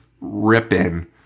ripping